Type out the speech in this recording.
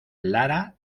lara